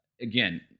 again